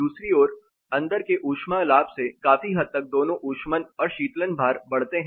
दूसरी ओर अंदर के ऊष्मा लाभ से काफी हद तक दोनों ऊष्मन और शीतलन भार बढ़ते है